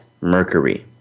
mercury